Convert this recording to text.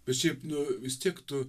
bet šiaip nu vis tiek tu